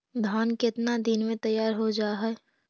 धान केतना दिन में तैयार हो जाय है?